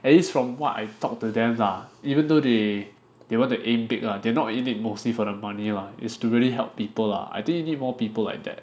at least from what I talk to them lah even though they they want to aim big lah they not doing it mostly for the money lah is to really help people lah I think you need more people like that